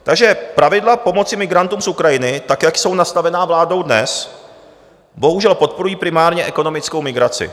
Takže pravidla pomoci migrantům z Ukrajiny tak, jak jsou nastavená vládou dnes, bohužel podporují primárně ekonomickou migraci.